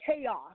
chaos